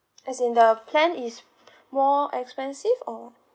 as in the plan is more expensive or